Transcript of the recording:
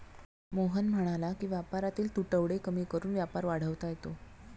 मोहन म्हणाला की व्यापारातील तुटवडे कमी करून व्यापार वाढवता येतो